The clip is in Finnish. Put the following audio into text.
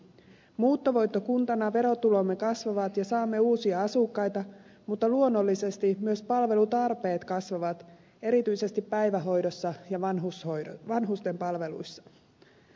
muuttovoittokuntana verotulomme kasvavat ja saamme uusia asukkaita mutta luonnollisesti myös palvelutarpeet kasvavat erityisesti päivähoidossa ja vanhusten palveluissa